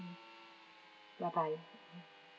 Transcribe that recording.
bye bye